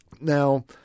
Now